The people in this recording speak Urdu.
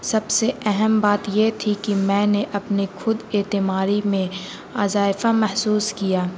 سب سے اہم بات یہ تھی کہ میں نے اپنے خود اعتمادی میں اضافہ محسوس کیا